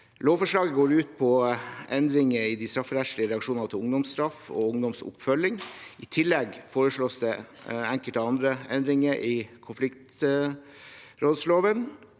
Lovforslaget går ut på endringer i de strafferettslige reaksjonene ungdomsstraff og ungdomsoppfølging. I tillegg foreslås det enkelte andre endringer i konfliktrådsloven.